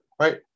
right